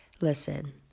listen